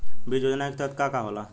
बीज योजना के तहत का का होला?